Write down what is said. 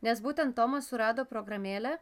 nes būtent tomas surado programėlę